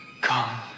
Come